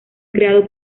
creado